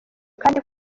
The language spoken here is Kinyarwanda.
kandi